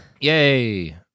Yay